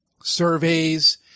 surveys